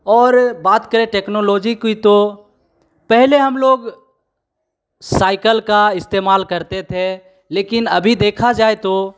और बात करें टेक्नलॉजी की तो पहले हम लोग साइकल का इस्तेमाल करते थे लेकिन अभी देखा जाए तो